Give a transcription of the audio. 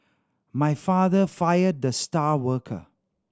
my father fired the star worker